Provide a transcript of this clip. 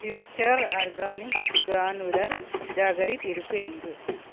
future organics granular jaggery திருப்பி அனுப்பு